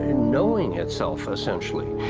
and knowing itself, essentially.